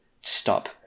stop